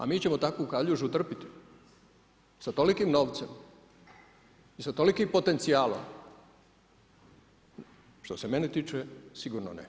A mi ćemo takvu kaljužu trpiti sa tolikim novcem i sa tolikim potencijalom, što se mene tiče sigurno ne.